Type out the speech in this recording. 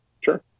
Sure